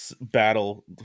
battle